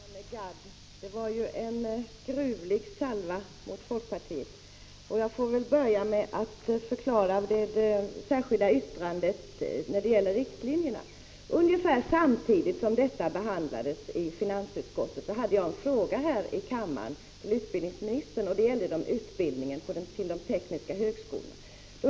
Fru talman! Det var en gruvlig salva mot folkpartiet, Arne Gadd! Jag får väl börja med att förklara det särskilda yttrandet när det gäller riktlinjerna. Ungefär samtidigt som dessa behandlades i finansutskottet ställde jag här i kammaren en fråga till utbildningsministern om utbildningen vid de tekniska högskolorna.